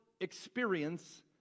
experience